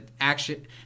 action